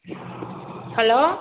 hello